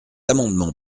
amendement